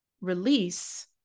release